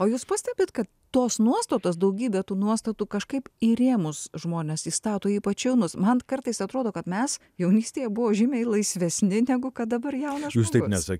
o jūs pastebit kad tos nuostatos daugybė tų nuostatų kažkaip į rėmus žmones įstato ypač jaunus man kartais atrodo kad mes jaunystėje buvo žymiai laisvesni negu kad dabar jaunas žmogus